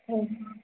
एवं